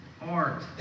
art